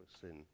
sin